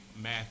math